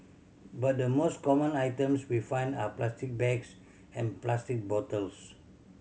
but the most common items we find are plastic bags and plastic bottles